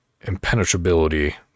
impenetrability